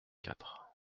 quatre